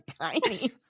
tiny